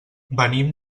venim